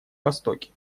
востоке